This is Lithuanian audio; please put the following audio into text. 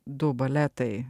du baletai